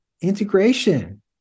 Integration